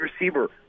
receiver